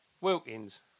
Wilkins